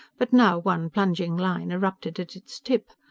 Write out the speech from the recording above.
but now one plunging line erupted at its tip.